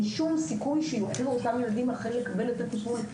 אין שום סיכוי שיוכלו אותם הילדים אכן לקבל את הטיפול.